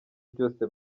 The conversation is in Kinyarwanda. byose